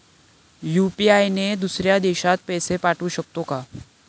UPI ने दुसऱ्या देशात पैसे पाठवू शकतो का?